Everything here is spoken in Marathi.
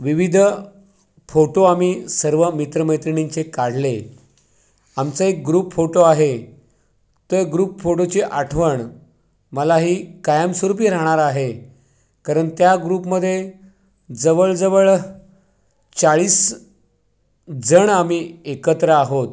विविध फोटो आम्ही सर्व मित्र मैत्रिणींचे काढले आमचा एक ग्रुप फोटो आहे तो एक ग्रुप फोटोची आठवण मला ही कायमस्वरूपी राहणार आहे कारण त्या ग्रुपमध्ये जवळ जवळ चाळीसजण आम्ही एकत्र आहोत